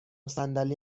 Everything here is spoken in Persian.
صندلی